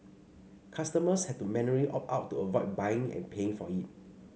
customers had to manually opt out to avoid buying and paying for it